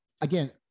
again